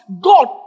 God